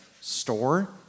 store